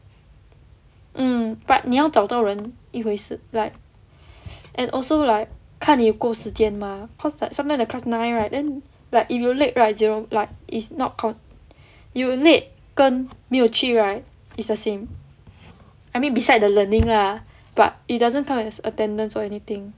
mm but 你要找到人一回事 like and also like 看你有够时间吗 cause like sometimes the class nine right then like if you late right zero like is not you late 跟没有去 right is the same I mean beside the learning lah but it doesn't count as attendance or anything